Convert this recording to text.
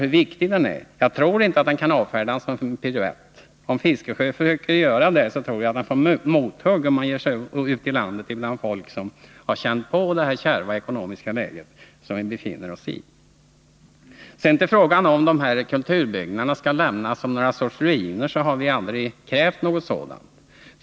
Därför tror jag inte att vår begäran kan avfärdas som en piruett. Om Bertil Fiskesjö försöker göra det, får han nog mothugg om han ger sig ut i landet bland folk som har känt på det kärva ekonomiska läge som vi befinner oss i. Vi har aldrig begärt att de här kulturbyggnaderna skall lämnas som någon sorts ruiner.